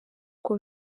uko